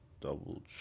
Double